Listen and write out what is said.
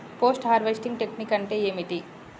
Post harvesting technique అంటే ఏమిటీ?